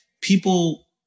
People